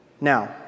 Now